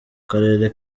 karere